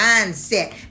mindset